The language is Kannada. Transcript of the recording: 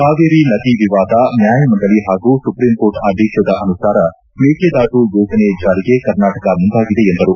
ಕಾವೇರಿ ನದಿ ನದಿ ವಿವಾದ ನ್ನಾಯಮಂಡಳಿ ಹಾಗೂ ಸುಪ್ರಿಂಕೋರ್ಟ್ ಆದೇತದ ಅನುಸಾರ ಮೇಕೆದಾಟು ಯೋಜನೆ ಜಾರಿಗೆ ಕರ್ನಾಟಕ ಮುಂದಾಗಿದೆ ಎಂದರು